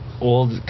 old